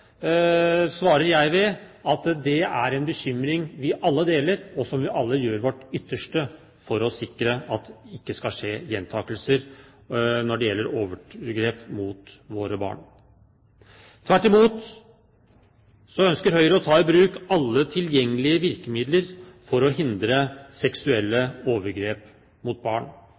jeg på med å si at det er en bekymring som vi alle deler, og vi gjør alle vårt ytterste for å sikre at det ikke skal skje gjentakelser når det gjelder overgrep mot våre barn. Tvert imot ønsker Høyre å ta i bruk alle tilgjengelige virkemidler for å hindre seksuelle overgrep mot barn.